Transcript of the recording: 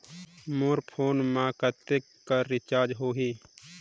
मोर phone मा कतेक कर रिचार्ज हो ही?